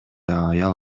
аял